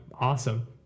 awesome